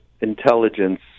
intelligence